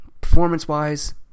performance-wise